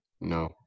no